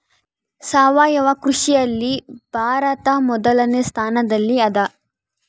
ಸಾವಯವ ಕೃಷಿಯಲ್ಲಿ ಭಾರತ ಮೊದಲನೇ ಸ್ಥಾನದಲ್ಲಿ ಅದ